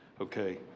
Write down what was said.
okay